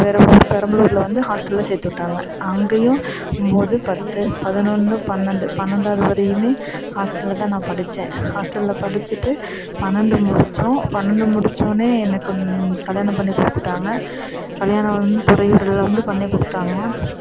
வேறு ஊர் பெரம்பலூரில் வந்து ஹாஸ்டலில் சேர்த்து விட்டாங்க அங்கேயும் ஒம்பது பத்து பதினொன்னு பன்னெண்டு பன்னெண்டாவது வரையுமே ஹாஸ்டலில் தான் நான் படித்தேன் ஹாஸ்டலில் படித்திட்டு பன்னெண்டு முடித்தோம் பன்னெண்டு முடித்தோனே எனக்கு கல்யாணம் பண்ணிக்கொடுத்துட்டாங்க கல்யாணம் வந்து பொறையூரில் வந்து பண்ணி கொடுத்தாங்க